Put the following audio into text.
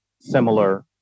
similar